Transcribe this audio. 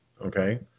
Okay